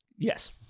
Yes